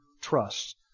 trust